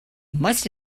must